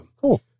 Cool